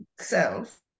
self